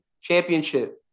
championship